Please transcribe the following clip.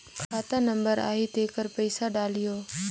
खाता नंबर आही तेकर पइसा डलहीओ?